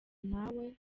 nawe